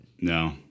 no